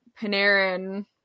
Panarin